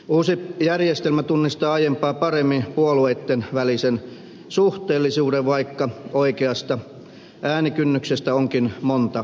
uusi järjestelmä tunnistaa aiempaa paremmin puolueitten välisen suhteellisuuden vaikka oikeasta äänikynnyksestä onkin monta mieltä